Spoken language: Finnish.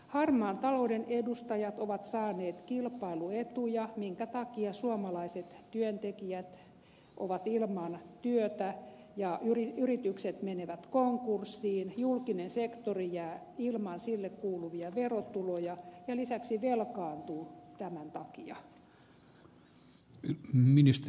harmaan talouden edustajat ovat saaneet kilpailuetuja minkä takia suomalaiset työntekijät ovat ilman työtä ja yritykset menevät konkurssiin julkinen sektori jää ilman sille kuuluvia verotuloja ja lisäksi velkaantuu tämän takia